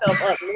up